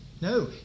No